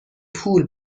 پول